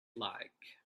like